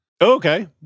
Okay